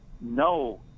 no